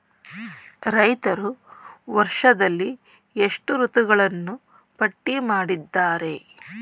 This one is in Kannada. ರೈತರು ವರ್ಷದಲ್ಲಿ ಎಷ್ಟು ಋತುಗಳನ್ನು ಪಟ್ಟಿ ಮಾಡಿದ್ದಾರೆ?